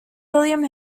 william